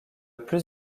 plus